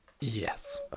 Yes